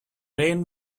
rain